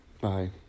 Bye